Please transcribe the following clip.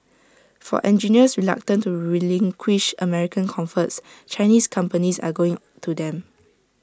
for engineers reluctant to relinquish American comforts Chinese companies are going to them